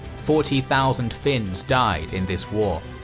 forty thousand finns died in this war.